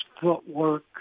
footwork